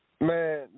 Man